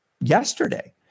yesterday